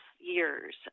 years